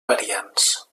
variants